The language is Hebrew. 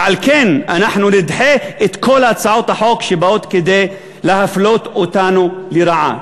ועל כן אנחנו נדחה את כל הצעות החוק שבאות להפלות אותנו לרעה.